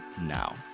now